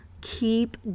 keep